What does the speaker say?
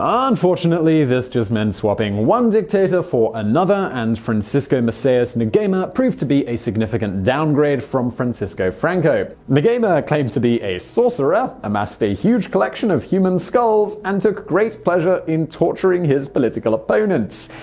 um unfortunately, this just meant swapping one dictator for another, and francisco macias and nguema proved to be a significant downgrade from francisco franco. nguema claimed to be a sorcerer, amassed a huge collection of human skulls, and took great pleasure in torturing political opponents.